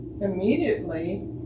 immediately